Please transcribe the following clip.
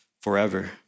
forever